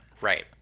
Right